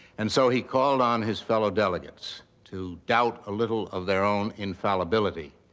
and so he called on his fellow delegates to doubt a little of their own infallibility,